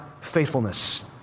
faithfulness